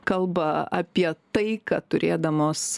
kalba apie taiką turėdamos